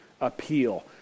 appeal